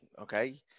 okay